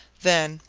then,